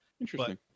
interesting